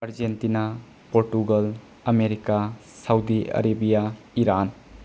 Argentina Portugal America Saudi Arabia Iran